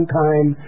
time